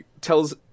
tells